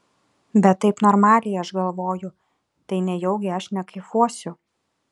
bet taip normaliai aš galvoju tai nejaugi aš nekaifuosiu